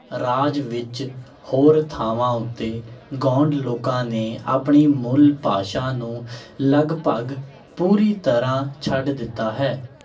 ਰਾਜ ਵਿੱਚ ਹੋਰ ਥਾਵਾਂ ਉੱਤੇ ਗੋਂਡ ਲੋਕਾਂ ਨੇ ਆਪਣੀ ਮੂਲ ਭਾਸ਼ਾ ਨੂੰ ਲਗਭਗ ਪੂਰੀ ਤਰ੍ਹਾਂ ਛੱਡ ਦਿੱਤਾ ਹੈ